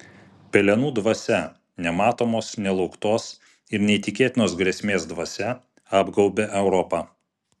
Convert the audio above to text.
pelenų dvasia nematomos nelauktos ir neįtikėtinos grėsmės dvasia apgaubė europą